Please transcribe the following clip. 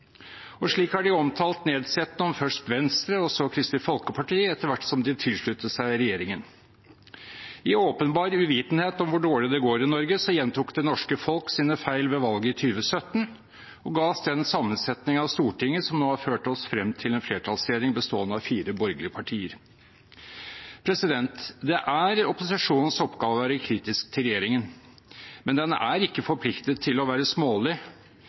dag. Slik har de nedsettende omtalt først Venstre og så Kristelig Folkeparti etter hvert som de har tilsluttet seg regjeringen. I åpenbar uvitenhet om hvor dårlig det går i Norge, gjentok det norske folket sine feil ved valget i 2017 og ga oss den sammensetning av Stortinget som har ført oss frem til en flertallsregjering bestående av fire borgerlige partier. Det er opposisjonens oppgave å være kritisk til regjeringen, men den er ikke forpliktet til å være smålig